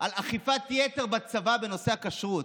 על אכיפת יתר בצבא בנושא הכשרות,